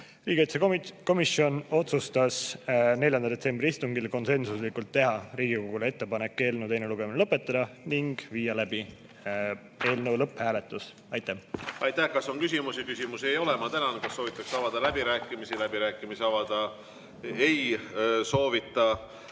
Riigikaitsekomisjon otsustas 4. detsembri istungil konsensuslikult, et tehakse Riigikogule ettepanek eelnõu teine lugemine lõpetada ning viia läbi eelnõu lõpphääletus. Aitäh! Aitäh! Kas on küsimusi? Küsimusi ei ole. Ma tänan. Kas soovitakse avada läbirääkimisi? Läbirääkimisi avada ei soovita.